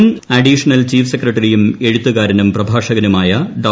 മുൻ additional chief സെക്രട്ടറിയും എഴുത്തുകാരനും പ്രഭാഷകനുമായ ഡോ